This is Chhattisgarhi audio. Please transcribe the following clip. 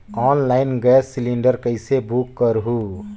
ऑनलाइन गैस सिलेंडर कइसे बुक करहु?